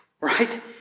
Right